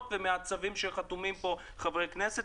ומהצווים שחתומים עליהם חברי כנסת.